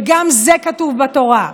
וגם זה כתוב בתורה,